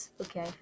okay